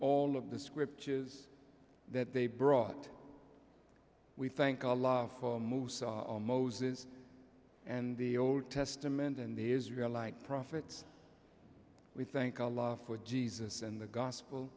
all of the scriptures that they brought we thank allah for moses and the old testament and the israel like prophets we think a lot for jesus and the gospel